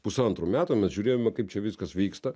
pusantrų metų mes žiūrėjome kaip čia viskas vyksta